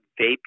vaping